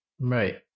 Right